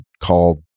call